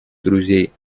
друзей